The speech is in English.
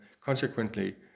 consequently